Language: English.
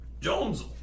Jones